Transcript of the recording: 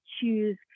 choose